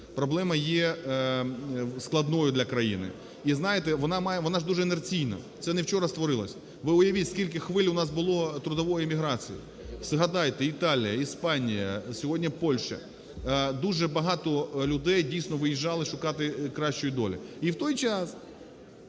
Проблема є складною для країни. І знаєте, вона має... вона ж дуже інерційна. Це не вчора створилося. Ви уявіть, скільки хвиль у нас було трудової міграції. Згадайте: Італія, Іспанія, сьогодні – Польща. Дуже багато людей дійсно виїжджали шукати кращої долі. І в той час